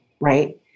right